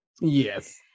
Yes